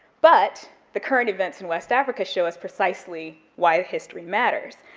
but the current events in west africa show us precisely why history matters,